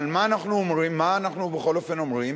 מה אנחנו בכל אופן אומרים?